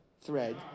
thread